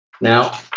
Now